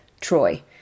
Troy